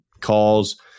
calls